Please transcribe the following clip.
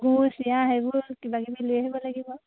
গুড় চিৰা সেইবোৰ কিবাকিবি লৈ আহিব লাগিব